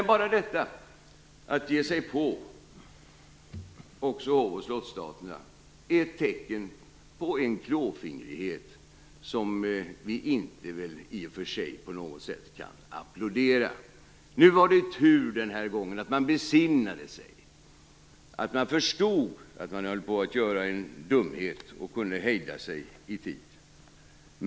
Men bara detta att ge sig på också Hov och slottsstaten är ett tecken på en klåfingrighet som vi inte på något sätt kan applådera. Det var tur den här gången att man besinnade sig, att man förstod att man höll på att göra en dumhet och kunde hejda sig i tid.